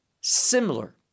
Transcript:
similar